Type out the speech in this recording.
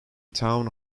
town